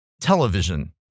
Television